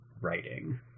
writing